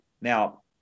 now